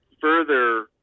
further